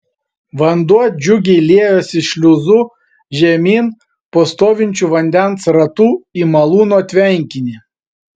vanduo džiugiai liejosi šliuzu žemyn po stovinčiu vandens ratu į malūno tvenkinį